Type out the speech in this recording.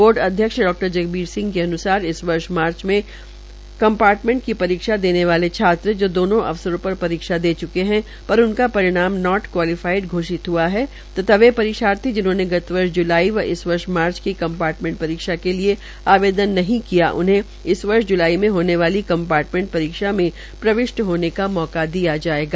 board अध्यक्ष Dr Jagbir Singh के अन्सार इस वर्ष मार्च में कंपार्टमेंट की परीक्षा देने वाले छात्र जो दोनों अवसरों पर परीक्षा दे च्के है तथा उनका परिणाम नोट क्वीलीफाईड घोषित हआ है तथा वे परीक्षार्थी जिन्होंने गत वर्ष व इस वर्ष मार्च की कंपार्टमेंट परीक्षा के लिए आवेदन नही किया उन्हें इस वर्ष ज्लाई में होने वाली कंपार्टमेंट परीक्षा में प्रविष्ट होने का मौका दिया जायेगा